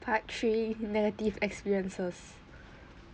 part three negative experiences